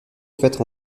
faite